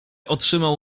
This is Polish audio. otrzymał